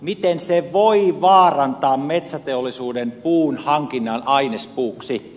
miten se voi vaarantaa metsäteollisuuden puunhankinnan ainespuuksi